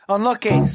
Unlucky